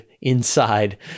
inside